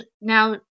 now